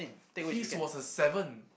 his was a seven